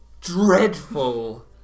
dreadful